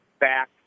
back